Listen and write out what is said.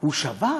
הוא שבת?